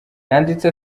yanditse